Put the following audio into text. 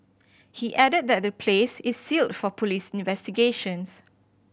he added that the place is sealed for police investigations